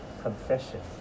confession